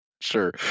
sure